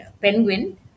Penguin